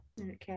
Okay